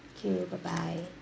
thank you bye bye